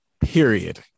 period